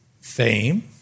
fame